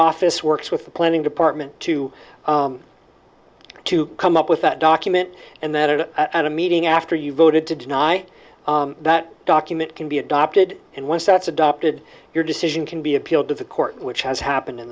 office works with the planning department to to come up with that document and that it at a meeting after you voted to deny that document can be adopted and once that's adopted your decision can be appealed to the court which has happened in